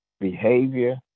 behavior